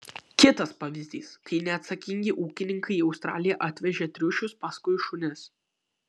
kitas pavyzdys kai neatsakingi ūkininkai į australiją atvežė triušius paskui šunis